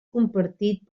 compartit